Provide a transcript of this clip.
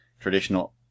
traditional